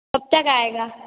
कब तक आएगा